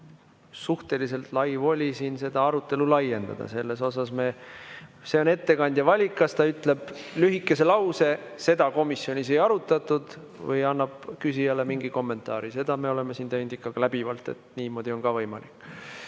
on suhteliselt suur voli siin seda arutelu laiendada. See on ettekandja valik, kas ta ütleb lühikese lause, et seda komisjonis ei arutatud, või annab küsijale mingi kommentaari. Seda me oleme siin teinud ikkagi läbivalt, niimoodi on ka võimalik. Ivi